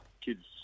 kids